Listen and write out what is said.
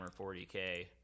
40k